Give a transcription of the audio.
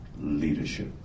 leadership